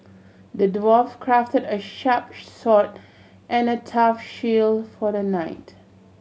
the dwarf crafted a sharp sword and a tough shield for the knight